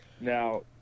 Now